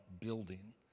building